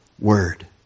word